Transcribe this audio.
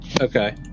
okay